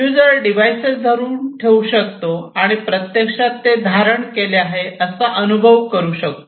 user devices धरून ठेवू शकतो आणि प्रत्यक्षात ते धारण केले आहे असे अनुभवू शकतो